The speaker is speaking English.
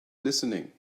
listening